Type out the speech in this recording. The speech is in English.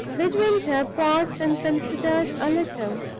midwinter paused and considered a little,